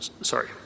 Sorry